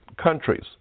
countries